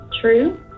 True